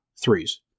threes